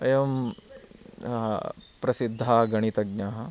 एवं प्रसिद्धाः गणितज्ञाः